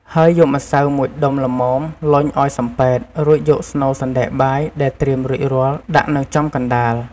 ហើយយកម្សៅមួយដុំល្មម លញ់ឱ្យសំប៉ែត រួចយកស្នូលសណ្ដែកបាយដែលត្រៀមរួចរាល់ ដាក់នៅចំកណ្ដាល។